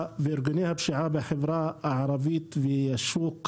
וארגוני הפשיעה בחברה הערבית והשוק השחור,